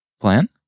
plan